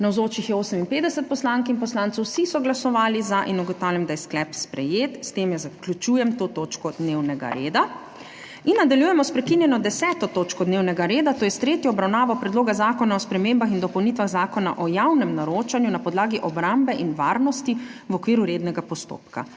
Navzočih je 58 poslank in poslancev, vsi so glasovali za. (Za je glasovalo 58.) (Proti nihče.) Ugotavljam, da je sklep sprejet. S tem zaključujem to točko dnevnega reda. Nadaljujemo s prekinjeno 10. točko dnevnega reda, to je s tretjo obravnavo Predloga zakona o spremembah in dopolnitvah Zakona o javnem naročanju na področju obrambe in varnosti v okviru rednega postopka.